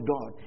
God